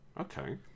Okay